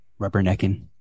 rubbernecking